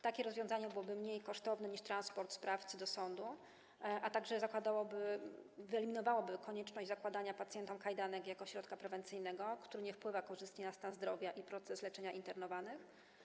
Takie rozwiązanie byłoby mniej kosztowne niż transport sprawcy do sądu, a także wyeliminowałaby konieczność zakładania pacjentom kajdanek jako środka prewencyjnego, który nie wpływa korzystnie na stan zdrowia i proces leczenia internowanych.